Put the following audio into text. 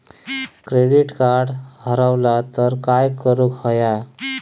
Credit card हरवला तर काय करुक होया?